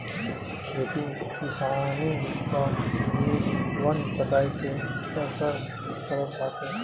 खेती किसानी पअ भी वन कटाई के असर पड़त बाटे